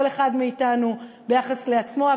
כל אחד מאתנו ביחס לעצמו,